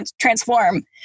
transform